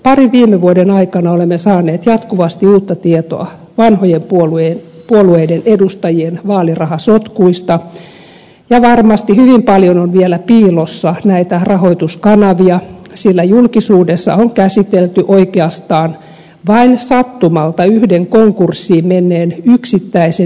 parin viime vuoden aikana olemme saaneet jatkuvasti uutta tietoa vanhojen puolueiden edustajien vaalirahasotkuista ja varmasti hyvin paljon on vielä piilossa näitä rahoituskanavia sillä julkisuudessa on käsitelty oikeastaan vain sattumalta yhden konkurssiin menneen yksittäisen yrityksen vaalirahalahjoituksia